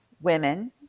women